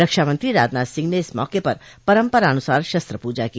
रक्षा मंत्री राजनाथ सिंह ने इस मौके पर परम्परानुसार शस्त्र पूजा की